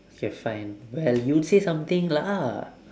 okay fine well you say something lah